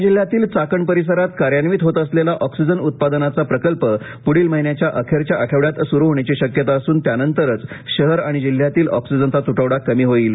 पुणे जिल्ह्यातील चाकण परिसरात कार्यान्वित होत असलेला ऑक्सिजन उत्पादनाचा प्रकल्प पुढील महिन्याच्या अखेरच्या आठवड्यात सुरु होण्याची शक्यता असून त्यानंतरच शहर आणि जिल्ह्यातील ऑक्सिजनचा तुटवडा कमी होईल